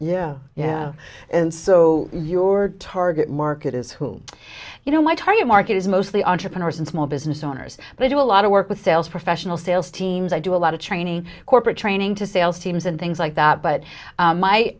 yeah yeah and so your target market is who you know my target market is mostly entrepreneurs and small business owners but i do a lot of work with sales professional sales teams i do a lot of training corporate training to sales teams and things like that but